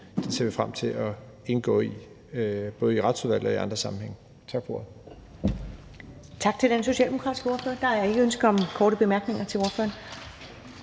ser vi frem til at indgå i både i Retsudvalget og i andre sammenhænge. Tak for ordet.